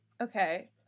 Okay